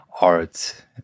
art